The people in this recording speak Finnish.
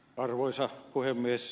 arvoisa puhemies